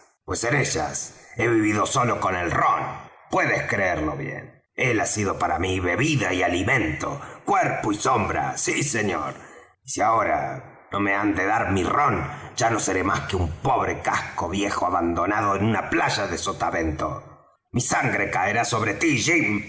pues en ellas he vivido sólo con el rom puedes creerlo bien él ha sido para mí bebida y alimento cuerpo y sombra sí señor y si ahora no me han de dar mi rom ya no seré más que un pobre casco viejo abandonado en una playa de sotavento mi sangre caerá sobre tí